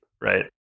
right